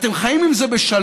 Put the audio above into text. אתם חיים עם זה בשלום?